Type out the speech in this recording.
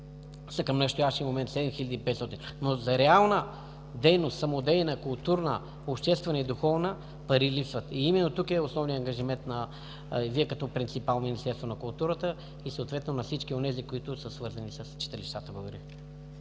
са към настоящия момент – 7500. За реална дейност – самодейна, културна, обществена и духовна, пари липсват. Именно тук е основният ангажимент и на Вас като принципал на Министерството на културата и съответно на всички онези, които са свързани с читалищата. Благодаря.